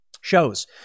shows